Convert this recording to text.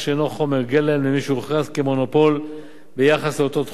חומר גלם למי שהוכרז כמונופול ביחס לאותו תחום.